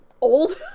Old